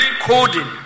coding